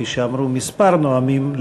כפי שאמרו מספר נואמים,